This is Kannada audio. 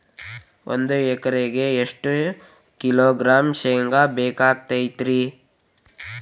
ಒಂದು ಎಕರೆಗೆ ಎಷ್ಟು ಕಿಲೋಗ್ರಾಂ ಶೇಂಗಾ ಬೇಕಾಗತೈತ್ರಿ?